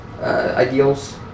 ideals